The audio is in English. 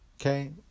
Okay